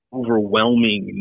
overwhelming